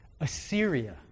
Assyria